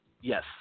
Yes